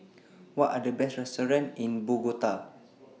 What Are The Best restaurants in Bogota